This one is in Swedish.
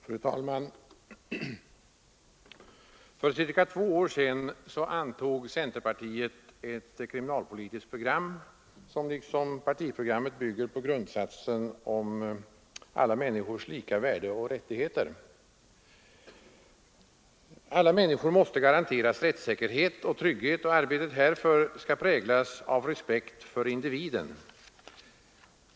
Fru talman! För cirka två år sedan antog centerpartiet ett kriminalpolitiskt program, som liksom partiprogrammet, bygger på grundsatsen om alla människors lika värde och rättigheter. Alla människor måste garanteras rättssäkerhet och trygghet, och arbetet härför skall präglas för individen.